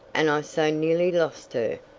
and i so nearly lost her!